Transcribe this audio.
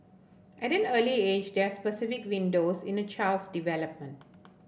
at an early age there are specific windows in a child's development